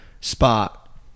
spot